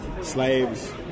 slaves